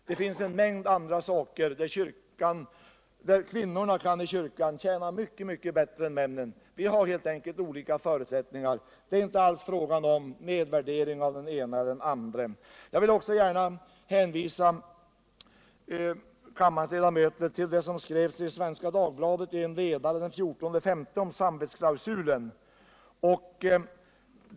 Det finns en mängd tjänster där kvinnan kan tjäna kyrkan mycket bättre än männen. Vi har helt enkelt olika förutsättningar. Det är inte alls fråga om nedvärdering av den ene eller den andre. Jag vill gärna hänvisa kammarens ledamöter till det som skrevs i en ledare i Svenska Dagbladet den 14 maj angående samvetsklausulen.